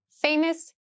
famous